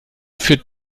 führt